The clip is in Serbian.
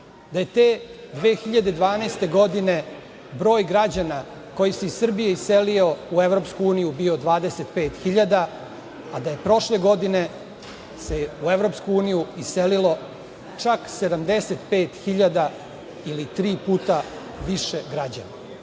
da je te 2012. godine broj građana koji se iz Srbije iselio u Evropsku uniju bio 25.000, a da se prošle godine u Evropsku uniju iselilo čak 75.000, ili tri puta više građana.